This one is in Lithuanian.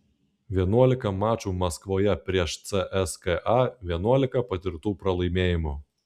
vienuolika mačų maskvoje prieš cska vienuolika patirtų pralaimėjimų